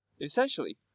Essentially